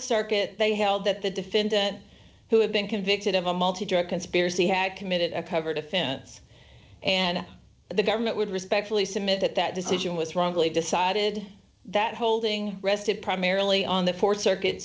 circuit they held that the defendant who had been convicted of a multi drug conspiracy had committed a covered offense and the government would respectfully submit that that decision was wrongly decided that holding rested primarily on the th circuit